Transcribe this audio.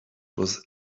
was